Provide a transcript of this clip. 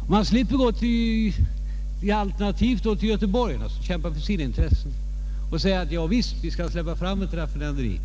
På samma sätt slipper man gå till Göteborg, som kämpar för sina intressen, och säga: Vi skall släppa fram ett raffinaderi.